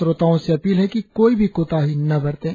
श्रोताओं से अपील है कि कोई भी कोताही न बरतें